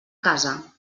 casa